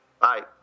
Bye